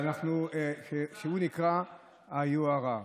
היא נקראת יוהרה.